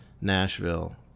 Nashville